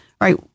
Right